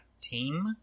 team